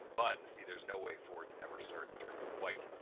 but see there's no way for it to ever start turning white.